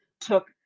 took